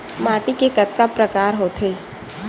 माटी के कतका प्रकार होथे?